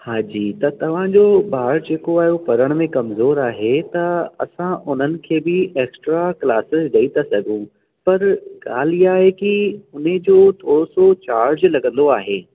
हांजी त तव्हांजो ॿार जेको आहे उहो पढ़ण में कमज़ोर आहे त असां उन्हनि खे बि एक्स्ट्रा क्लासिस ॾेई था सघूं पर ॻाल्हि इअं आहे की हुन जो थोरो सो चार्ज लॻंदो आहे